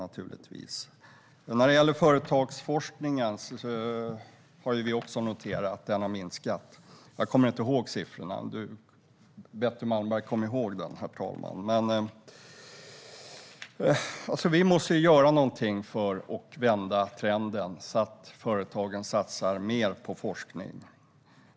Vi har också noterat att företagsforskningen har minskat - jag kommer inte ihåg siffrorna, men Betty Malmberg kanske gör det. Vi måste göra någonting för att vända trenden så att företagen satsar mer på forskning.